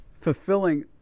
fulfilling